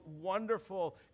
wonderful